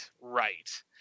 right